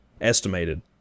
Estimated